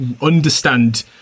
understand